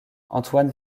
antoine